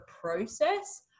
process